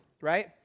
right